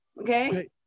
Okay